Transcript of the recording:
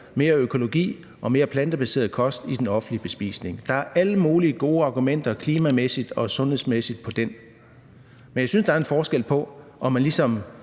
mere økologi og mere plantebaseret kost i den offentlige bespisning. Der er alle mulige gode argumenter for det klimamæssigt og sundhedsmæssigt. Men jeg synes, at der er en forskel på, at man ligesom